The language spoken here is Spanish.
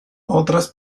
otras